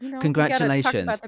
Congratulations